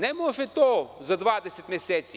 Ne može to za 20 meseci.